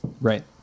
Right